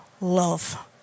love